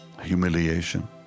humiliation